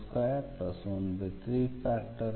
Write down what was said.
1z12